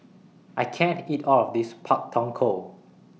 I can't eat All of This Pak Thong Ko